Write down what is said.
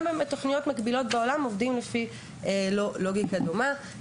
גם בתוכניות מקבילות בעולם עובדים לפי לוגיקה דומה.